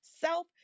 Self